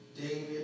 David